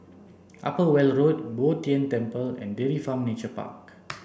Upper Weld Road Bo Tien Temple and Dairy Farm Nature Park